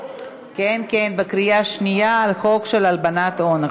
כן, כן, בקריאה שנייה על החוק של הלבנת הון.